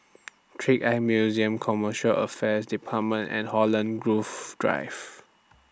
Trick Eye Museum Commercial Affairs department and Holland Grove Drive